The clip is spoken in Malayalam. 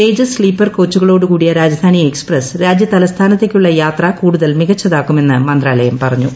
തേജസ് സ്ലീപർ കോച്ചുകളോടു ് കൂടിയ രാജധാനി എക്സ്പ്രസ് രാജ്യ തലസ്ഥാനത്തേക്കുള്ള യാത്ര കൂടുതൽ മികച്ചതാക്കുമെന്ന് മന്ത്രാലയം പറഞ്ഞു